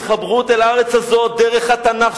התחברות אל הארץ הזאת דרך התנ"ך,